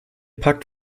pakt